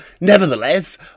Nevertheless